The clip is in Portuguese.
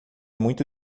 muito